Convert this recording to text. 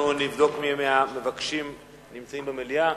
נבדוק מי מהמבקשים נמצא במליאה,